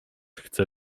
chcę